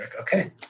Okay